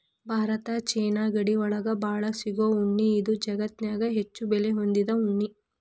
ಭಾರತ ಚೇನಾ ಗಡಿ ಒಳಗ ಬಾಳ ಸಿಗು ಉಣ್ಣಿ ಇದು ಜಗತ್ತನ್ಯಾಗ ಹೆಚ್ಚು ಬೆಲೆ ಹೊಂದಿದ ಉಣ್ಣಿ